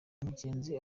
umugenzi